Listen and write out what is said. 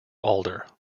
alder